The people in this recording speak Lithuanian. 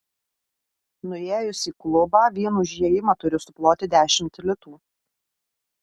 nuėjus į klubą vien už įėjimą turi suploti dešimt litų